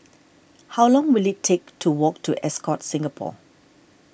how long will it take to walk to Ascott Singapore